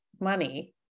money